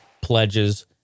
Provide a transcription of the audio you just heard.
pledges